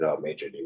Major